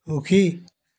সুখী